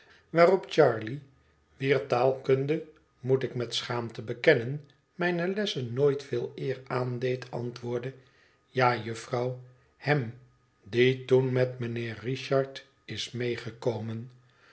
waarop charley wier taalkunde moet ik met schaamte bekennen mijne lessen nooit veel eer aandeed antwoordde ja jufvrouw hem die toen met mijnheer richard is meegekomen